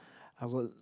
I would